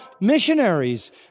missionaries